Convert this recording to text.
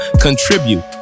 contribute